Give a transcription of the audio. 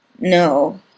No